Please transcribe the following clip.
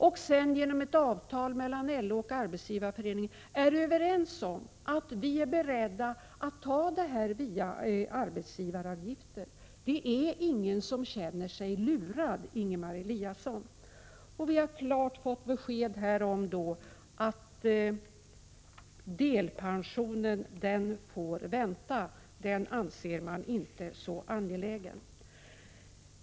Och LO och Arbetsgivareföreningen är enligt ett avtal överens om att kostnaderna i detta avseende skall täckas via arbetsgivaravgifter. Det är ingen som känner sig lurad, Ingemar Eliasson. Vi har fått klart besked om att delpensionen får vänta — den anser man inte vara så angelägen.